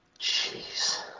Jeez